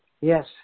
Yes